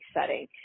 setting